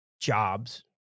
jobs